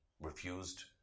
refused